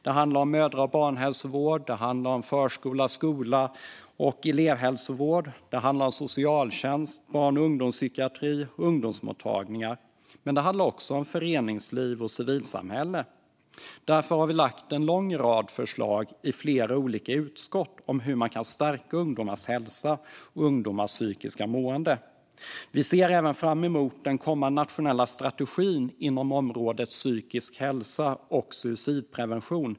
Det handlar om mödra och barnhälsovård, förskola, skola, elevhälsovård, socialtjänst, barn och ungdomspsykiatri och ungdomsmottagningar. Men det handlar också om föreningsliv och civilsamhälle. Därför har vi lagt fram en lång rad förslag i flera olika utskott om hur man kan stärka ungdomars hälsa och psykiska mående. Vi ser även fram emot den kommande nationella strategin inom området psykisk hälsa och suicidprevention.